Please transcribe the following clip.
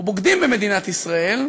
בוגדים במדינת ישראל,